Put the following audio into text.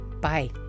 Bye